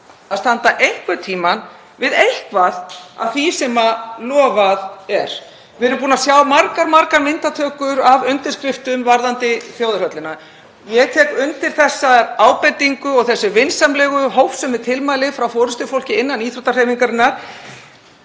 að standa einhvern tímann við eitthvað af því sem lofað er. Við höfum séð margar myndatökur af undirskriftum varðandi þjóðarhöllina. Ég tek undir þessa ábendingu og þessi vinsamlegu, hófsömu tilmæli frá forystufólki innan íþróttahreyfingarinnar.